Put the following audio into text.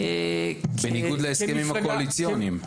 בניגוד להסכמים הקואליציוניים,